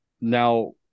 Now